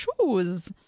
shoes